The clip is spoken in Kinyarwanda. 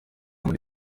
muri